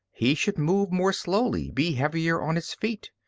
he should move more slowly, be heavier on his feet.